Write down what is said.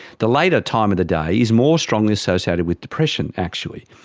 the later time of the day is more strongly associated with depression actually.